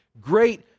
great